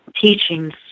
teachings